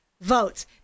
Votes